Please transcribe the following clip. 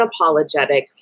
unapologetic